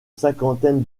cinquantaine